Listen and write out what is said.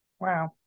Wow